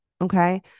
Okay